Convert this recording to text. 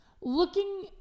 Looking